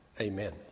Amen